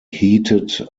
heated